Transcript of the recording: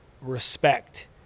respect